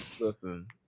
Listen